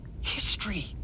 History